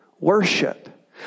worship